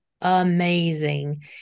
amazing